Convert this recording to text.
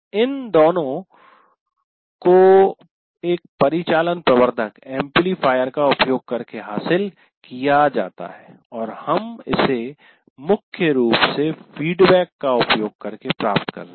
इन दोनों को एक परिचालन प्रवर्धक एम्पलीफायर का उपयोग करके हासिल किया जाता है और हम इसे मुख्य रूप से फीडबैक का उपयोग करके प्राप्त कर रहे हैं